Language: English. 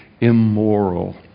immoral